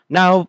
Now